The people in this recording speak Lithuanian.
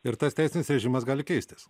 ir tas teisinis režimas gali keistis